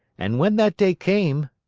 and when that day came,